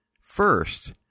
First